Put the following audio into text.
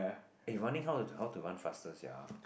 eh running how to how to run faster sia